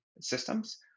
systems